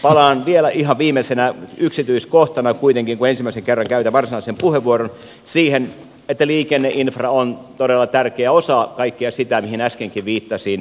palaan vielä ihan viimeisenä yksityiskohtana kun kuitenkin ensimmäisen kerran käytän varsinaisen puheenvuoron siihen että liikenneinfra on todella tärkeä osa kaikkea sitä mihin äskenkin viittasin